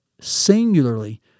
singularly